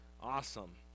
awesome